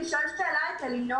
אפשר לשאול שאלה קטנה את אלינור